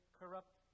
corrupt